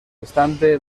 instante